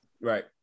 Right